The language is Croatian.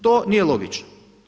To nije logično.